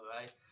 right